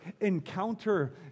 encounter